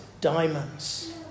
diamonds